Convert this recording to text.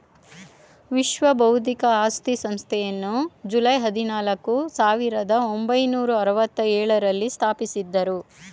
ವಿಶ್ವ ಬೌದ್ಧಿಕ ಆಸ್ತಿ ಸಂಸ್ಥೆಯನ್ನು ಜುಲೈ ಹದಿನಾಲ್ಕು, ಸಾವಿರದ ಒಂಬೈನೂರ ಅರವತ್ತ ಎಳುರಲ್ಲಿ ಸ್ಥಾಪಿಸಿದ್ದರು